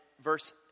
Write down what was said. verse